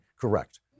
correct